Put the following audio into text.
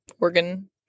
organ